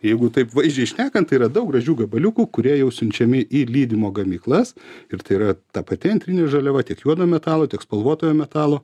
jeigu taip vaizdžiai šnekant tai yra daug gražių gabaliukų kurie jau siunčiami į lydymo gamyklas ir tai yra ta pati antrinė žaliava tiek juodo metalo tiek spalvotojo metalo